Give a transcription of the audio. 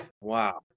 wow